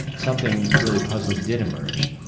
something really puzzling did emerge.